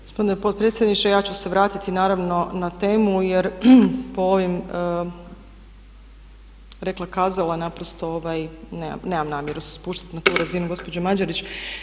Gospodine potpredsjedniče, ja ću se vratiti naravno na temu jer po ovim rekla-kazala naprosto nemam namjeru se spuštat na tu razinu gospođe Mađerić.